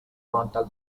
frontal